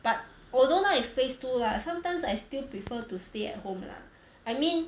but although now is phase two lah sometimes I still prefer to stay at home lah I mean